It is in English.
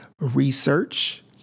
research